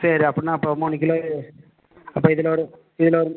சரி அப்பின்னா அப்போ மூணு கிலோ அப்போ இதில் ஒரு இதில் ஒரு